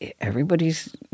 everybody's